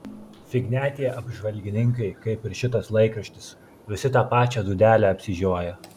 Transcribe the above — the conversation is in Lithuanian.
fignia tie apžvalgininkai kaip ir šitas laikraštis visi tą pačią dūdelę apsižioję